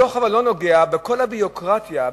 אבל הדוח לא נוגע בכל הביורוקרטיה,